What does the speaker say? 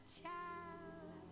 child